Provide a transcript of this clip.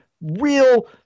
real